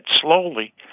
slowly